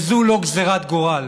וזו לא גזרת גורל.